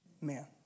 man